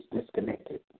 disconnected